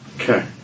Okay